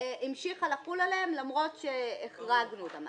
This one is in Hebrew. המשיכה לחול עליהם למרות שהחרגנו אותם.